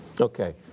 Okay